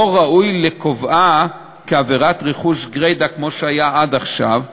לא ראוי לקובעה כעבירת רכוש גרידא כמו שהיה עד עכשיו,